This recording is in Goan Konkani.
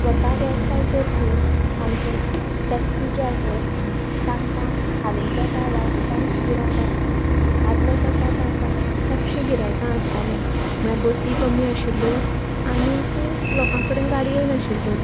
स्वता वेवसाय करपी आमचे टॅक्सी ड्रायव्हर तांकां हालींच्या काळार कांयच गिरायक आसना आदल्या तेंपार तांकां खुबशीं गिरायकां आसतालीं म्हणल्यार बसी कमी आशिल्ल्यो आनी लोकां कडेन गाडयोय नाशिल्ल्यो